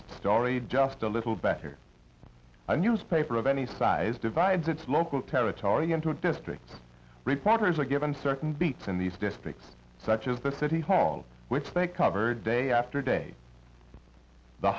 story just a little better a newspaper of any size divides its local terror oriented districts reporters are given certain beats in these districts such as the city hall which they cover day after day the